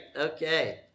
Okay